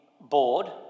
board